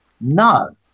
No